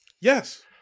Yes